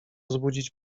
wzbudzić